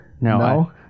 No